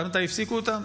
את יודעת מתי הפסיקו אותם?